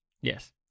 Yes